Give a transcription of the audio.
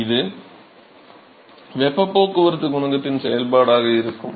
எனவே இது வெப்ப போக்குவரத்து குணகத்தின் செயல்பாடாக இருக்கும்